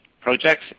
projects